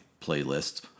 playlists